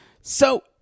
So-